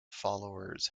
followers